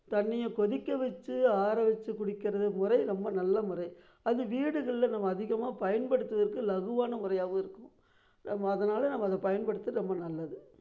தண்ணியை கொதிக்க வச்சு ஆற வச்சு குடிக்கிறது முறை ரொம்ப நல்ல முறை அது வீடுங்கள்ல நம்ம அதிகமாக பயன்படுத்துவதற்கு லகுவான முறையாகவும் இருக்கும் நம்ம அதனால் நம்ம அதை பயன்படுத்துகிறது ரொம்ப நல்லது